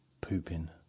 pooping